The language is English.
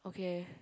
okay